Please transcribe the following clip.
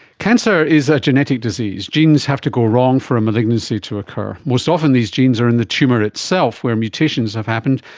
cancer is a genetic disease, genes have to go wrong for a malignancy to occur. most often these genes are in the tumour itself where mutations have happened,